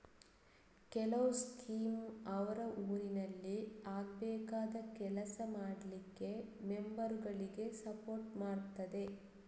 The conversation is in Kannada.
ಕೆಲವು ಸ್ಕೀಮ್ ಅವ್ರ ಊರಿನಲ್ಲಿ ಆಗ್ಬೇಕಾದ ಕೆಲಸ ಮಾಡ್ಲಿಕ್ಕೆ ಮೆಂಬರುಗಳಿಗೆ ಸಪೋರ್ಟ್ ಮಾಡ್ತದೆ